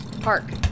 Park